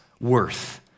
worth